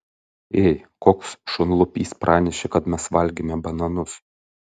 ei koks šunlupys pranešė kad mes valgėme bananus